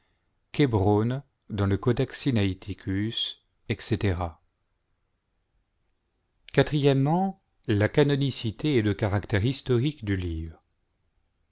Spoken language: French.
xsgpwv dans le codex sinaiticus etc i la canonicité et le caractère historique du livre